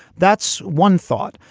that's one thought.